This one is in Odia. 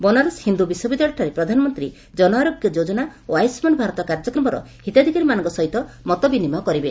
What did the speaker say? ବନାରସ ହିନ୍ଦ୍ର ବିଶ୍ୱବିଦ୍ୟାଳୟଠାରେ ପ୍ରଧାନମନ୍ତ୍ରୀ ଜନଆରୋଗ୍ୟ ଯୋଜନା ଓ ଆୟୁଷ୍ଠାନ ଭାରତ କାର୍ଯ୍ୟକ୍ରମର ହିତାଧିକାରୀମାନଙ୍କ ସହିତ ଶ୍ରୀ ମୋଦି ମତବିନିମୟ କରିବେ